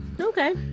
okay